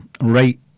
Right